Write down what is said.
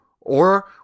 or